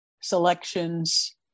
selections